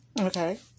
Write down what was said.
Okay